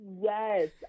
yes